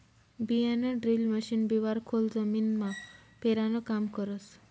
बियाणंड्रील मशीन बिवारं खोल जमीनमा पेरानं काम करस